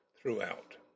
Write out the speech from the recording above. throughout